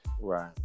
Right